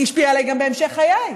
היא השפיעה עליי גם בהמשך חיי.